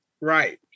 Right